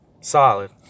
solid